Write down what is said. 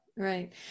Right